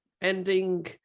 ending